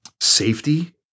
safety